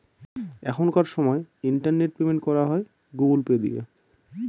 এখনকার সময় internet payment করা হয় গুগুল পে দিয়ে